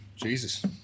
Jesus